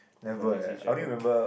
about taxi driver